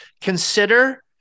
consider